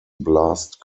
blast